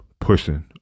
pushing